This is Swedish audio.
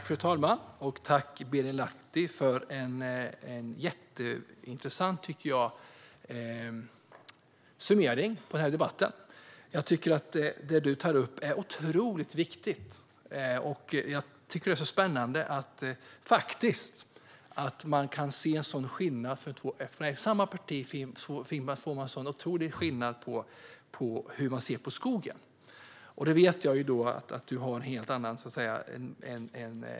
Fru talman! Tack, Birger Lahti, för en jätteintressant summering av den här debatten! Det du tar upp är otroligt viktigt. Det är faktiskt spännande att det i ett och samma parti finns så stora skillnader i hur man ser på skogen. Jag vet att du har en helt annan infallsvinkel här.